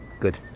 good